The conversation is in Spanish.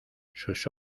sus